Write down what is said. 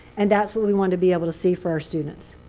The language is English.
and that's what we wanted to be able to see for our students.